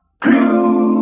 Crew